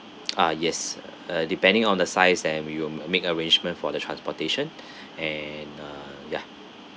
ah yes uh depending on the size and we will m~ make arrangement for the transportation and uh ya